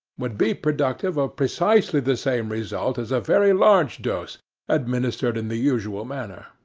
would be productive of precisely the same result as a very large dose administered in the usual manner.